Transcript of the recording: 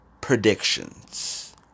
Predictions